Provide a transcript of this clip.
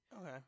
Okay